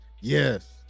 yes